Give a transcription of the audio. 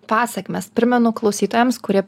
pasekmes primenu klausytojams kurie